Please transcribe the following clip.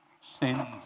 sinned